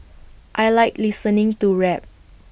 I Like listening to rap